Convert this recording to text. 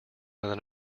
than